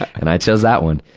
and i chose that one.